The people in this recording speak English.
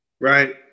Right